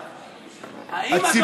האם,